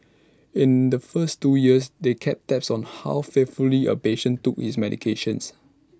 in the first two years they kept tabs on how faithfully A patient took his medications